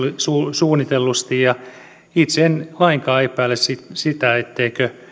suunnitellusti itse en lainkaan epäile sitä etteikö